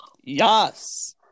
Yes